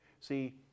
See